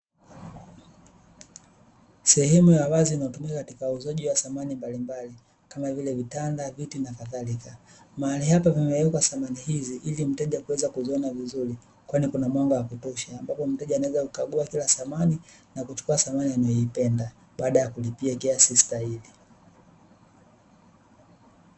Sehemu ya wazi inayotumika katika uuzaji wa samani mbalimbali, kama vile vitanda, viti na kadhalika. Mahali hapa pamewekwa samani hizi ili mteja kuweza kuziona vizuri, kwani kuna mwanga wa kutosha, ambapo mteja anaweza kukagua kila samani na kuchukua samani anayoipenda baada ya kulipia kiasi stahiki.